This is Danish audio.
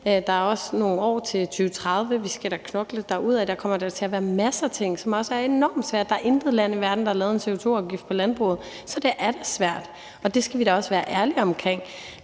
der er også nogle år til 2030, og vi skal da knokle derudad, og der kommer til at være masser af ting, som er enormt svære. Der er intet land i verden, der har lavet en CO2-afgift på landbruget, så det er da svært, og det skal vi da også være ærlige omkring.